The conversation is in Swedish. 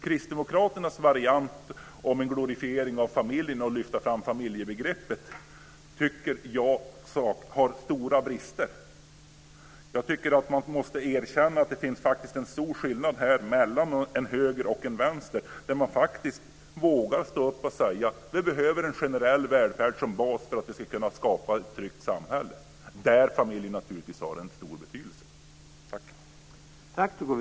Kristdemokraternas variant med en glorifiering av familjen och att lyfta fram familjebegreppet har stora brister. Man måste erkänna att det finns en stor skillnad mellan en höger och en vänster och våga stå upp och säga att det behövs en generell välfärd som bas för att skapa ett tryggt samhälle - där familjen naturligtvis har stor betydelse.